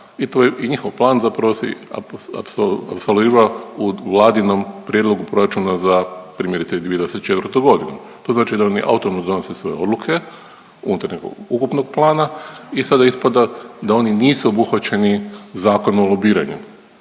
i njihov plan, zapravo si apsolvira u vladinom prijedlogu proračuna za primjerice 2024. godinu. To znači da oni autonomno donose svoje odluke unutar nekog ukupnog plana i sada ispada da oni nisu obuhvaćeni Zakonom o lobiranju,